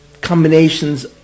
combinations